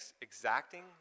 exacting